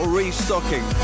restocking